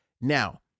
Now